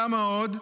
כמה עוד?